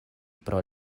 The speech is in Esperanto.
pro